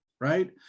right